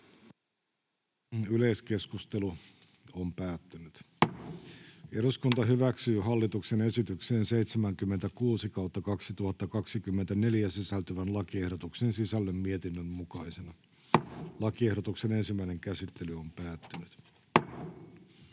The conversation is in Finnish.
yleiskeskustelu on päättynyt ja eduskunta hyväksyy hallituksen esitykseen HE 60/2024 sisältyvien 1. ja 2. lakiehdotuksen sisällön mietinnön mukaisena. Lakiehdotusten ensimmäinen käsittely on päättynyt.